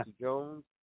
Jones